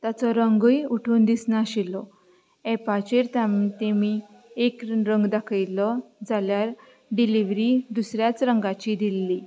ताचो रंगय उठून दिसनाशिल्लो एपाचेर तामी तेमी एक रंग दाखयलो जाल्यार डिलीवरी दुसऱ्याच रंगाची दिल्ली